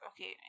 okay